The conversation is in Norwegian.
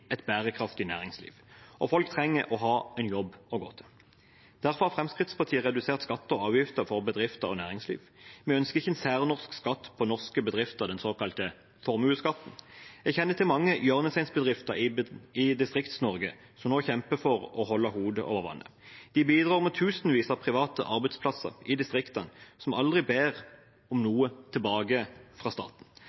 et bærekraftig næringsliv, og folk trenger å ha en jobb å gå til. Derfor har Fremskrittspartiet redusert skatter og avgifter for bedrifter og næringsliv. Vi ønsker ikke en særnorsk skatt på norske bedrifter, den såkalte formuesskatten. Jeg kjenner til mange hjørnesteinsbedrifter i Distrikts-Norge som nå kjemper for å holde hodet over vann. De bidrar med tusenvis av private arbeidsplasser i distriktene, ber aldri om